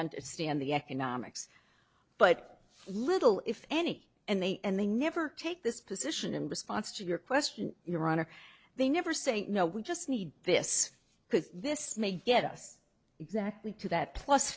understand the economics but little if any and they and they never take this position in response to your question your honor they never say no we just need this because this may get us exactly to that plus